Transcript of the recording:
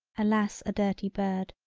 alas a dirty bird.